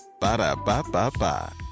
Ba-da-ba-ba-ba